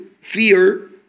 fear